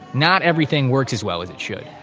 not everything works as well as it should.